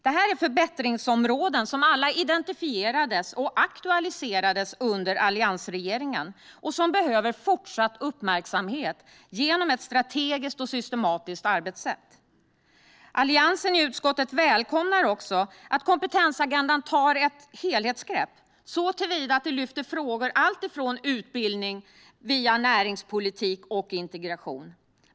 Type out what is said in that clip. Detta är förbättringsområden som alla identifierades och aktualiserades under alliansregeringens tid och som behöver fortsatt uppmärksamhet genom ett strategiskt och systematiskt arbetssätt. Alliansen i utskottet välkomnar också att kompetensagendan tar ett helhetsgrepp såtillvida att den lyfter fram frågor alltifrån utbildning, via näringspolitik och till integration.